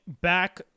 back